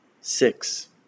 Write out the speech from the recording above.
Six